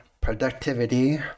productivity